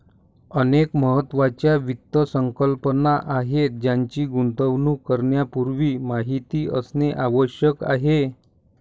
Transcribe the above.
अनेक महत्त्वाच्या वित्त संकल्पना आहेत ज्यांची गुंतवणूक करण्यापूर्वी माहिती असणे आवश्यक आहे